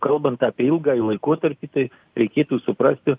kalbant apie ilgąjį laikotarpį tai reikėtų suprasti